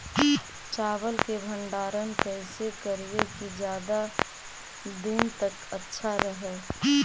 चावल के भंडारण कैसे करिये की ज्यादा दीन तक अच्छा रहै?